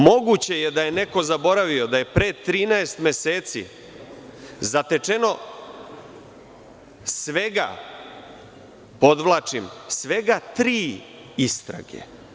Moguće je da je neko zaboravio da je pre 13 meseci zatečeno svega, podvlačim, svega tri istrage.